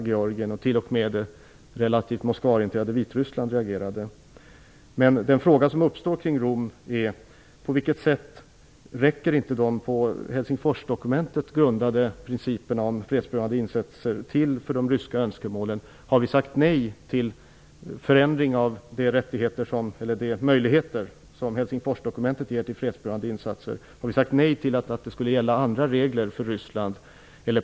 Den fråga som uppstår med anledning av Rommötet är varför de på Helsingforsdokumentet grundade principerna om fredsbevarande insatser inte räckte till för de ryska önskemålen. Har vi sagt nej till förändringar av de möjligheter som Helsingforsdokumentet ger till fredsbevarande insatser? Har vi sagt nej så att det skall gälla andra regler för Ryssland?